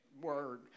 word